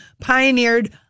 pioneered